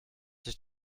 sich